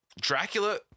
dracula